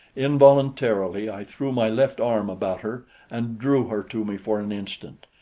involuntarily i threw my left arm about her and drew her to me for an instant.